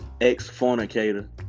ex-fornicator